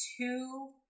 two